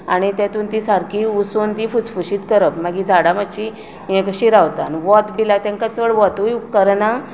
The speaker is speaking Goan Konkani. आनी तितून ती सारकी उसून ती फुशफुशीत करप मागीर झाडां मातशीं हें कशीं रावता आनी वत बीन तेंकां चड वतूय उपकारना